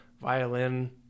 violin